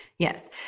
Yes